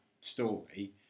story